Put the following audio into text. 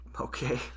Okay